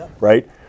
Right